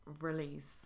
release